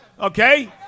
Okay